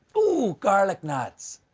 oh, garlic knots!